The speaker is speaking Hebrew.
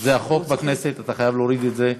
זה החוק בכנסת, אתה חייב להוריד את זה.